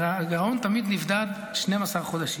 הרי הגירעון תמיד נמדד 12 חודשים,